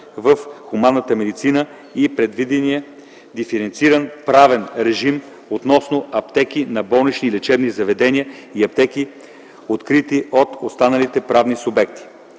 в хуманната медицина и предвидения диференциран правен режим относно аптеки на болнични и лечебни заведения и аптеки, открити от останалите правни субекти.